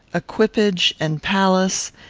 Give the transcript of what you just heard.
equipage, and palace,